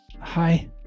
hi